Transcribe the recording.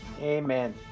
Amen